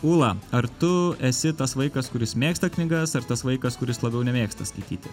ūla ar tu esi tas vaikas kuris mėgsta knygas ar tas vaikas kuris labiau nemėgsta skaityti